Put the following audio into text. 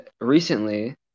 recently